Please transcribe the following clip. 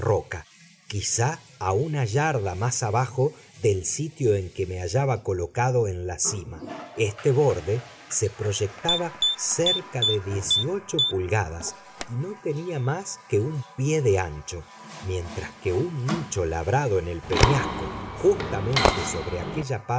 quizá a una yarda más abajo del sitio en que me hallaba colocado en la cima este borde se proyectaba cerca de dieciocho pulgadas y no tenía más que un pie de ancho mientras que un nicho labrado en el peñasco justamente sobre aquella